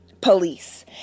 Police